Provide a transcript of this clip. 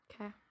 Okay